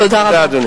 תודה.